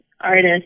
artist